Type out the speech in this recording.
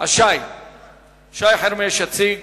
אז שי חרמש יציג